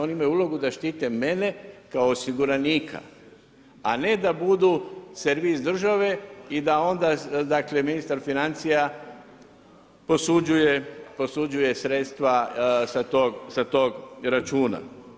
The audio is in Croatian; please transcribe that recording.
Oni imaju ulogu da štite mene kao osiguranika, a ne da budu servis države i da onda, dakle ministar financija posuđuje sredstva sa tog računa.